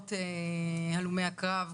משפחות הלומי הקרב,